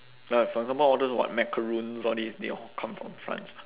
like for example all those what macaroons all these they all come from france mah